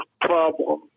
problem